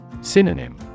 Synonym